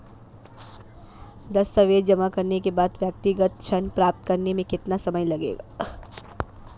दस्तावेज़ जमा करने के बाद व्यक्तिगत ऋण प्राप्त करने में कितना समय लगेगा?